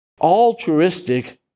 altruistic